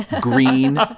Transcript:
green